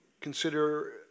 consider